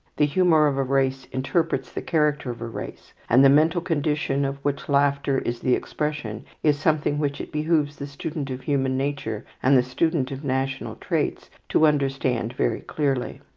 the humour of a race interprets the character of a race, and the mental condition of which laughter is the expression is something which it behooves the student of human nature and the student of national traits to understand very clearly.